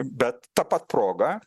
bet ta pat proga